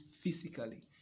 physically